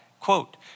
quote